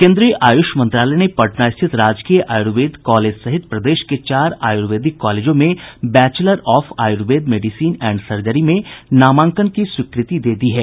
केंद्रीय आयुष मंत्रालय ने पटना स्थित राजकीय आयुर्वेद कॉलेज सहित प्रदेश के चार आयुर्वेदिक कॉलेजों में bachelor of Ayurveda medicine and surgery में नामांकन की स्वीकृति दे दी है